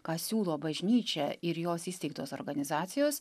ką siūlo bažnyčia ir jos įsteigtos organizacijos